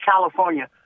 California